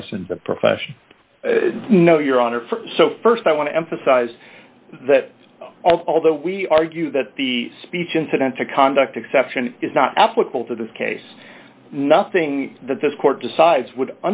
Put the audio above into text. license the profession no your honor so st i want to emphasize that although we argue that the speech incident to conduct exception is not applicable to this case nothing that this court decides would